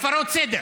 הפרות סדר.